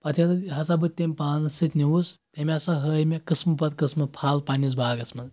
پتہٕ ییٚلہِ ہسا بہٕ تٔمۍ پانس سۭتۍ نِوُس أمۍ ہسا ہٲۍ مےٚ قٕسمہٕ پتہٕ قٕسمہٕ پھل پنٕنِس باغس منٛز